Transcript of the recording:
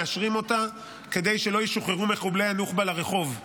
מאשרים אותה כדי שלא ישוחררו מחבלי הנוח'בה לרחוב,